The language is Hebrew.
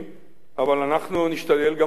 אבל אנחנו נשתדל גם כאן, כמובן,